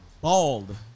Bald